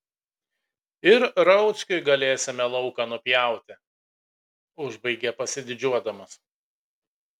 ir rauckiui galėsime lauką nupjauti užbaigia pasididžiuodamas